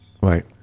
Right